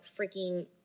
freaking